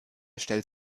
stellt